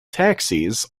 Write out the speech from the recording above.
taxis